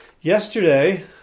yesterday